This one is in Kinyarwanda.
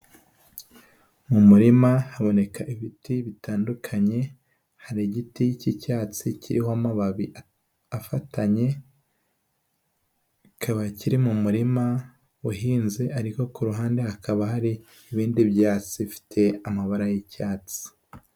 Mu murima haboneka ibiti bitandukanye, hari igiti cy'icyatsi kiriho amababi afatanye, kaba kiri mu murima uhinze, ariko ku ruhande hakaba hari ibindi byatsi, bifite amabara y'icyatsi.